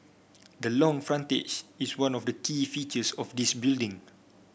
the long frontage is one of the key features of this building